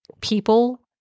people